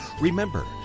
Remember